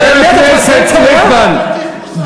חבר הכנסת ליפמן,